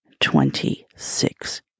twenty-six